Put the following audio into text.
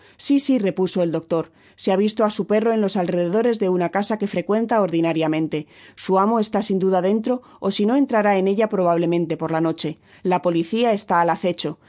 si si repuso el doctor se ha visto á su perro en los alrededores de una casa que frecuenta ordinariamente su amo está sin duda dentro ó sino entrará en ella probablemente por la noche la policia está al acecho